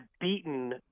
beaten